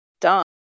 done